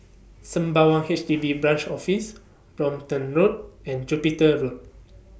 Sembawang H D B Branch Office Brompton Road and Jupiter Road